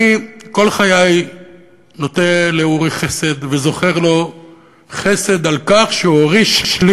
אני כל חיי נוטה לאורי חסד וזוכר לו חסד על כך שהוא הוריש לי